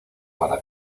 para